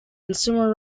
consumer